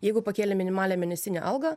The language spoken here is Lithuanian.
jeigu pakėlė minimalią mėnesinę algą